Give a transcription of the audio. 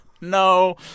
No